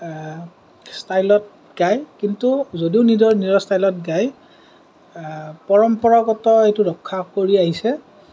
ষ্টাইলত গায় কিন্তু যদিও নিজৰ নিজৰ ষ্টাইলত গায় পৰম্পৰাগত এইটো ৰক্ষা কৰি আহিছে